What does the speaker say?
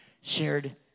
shared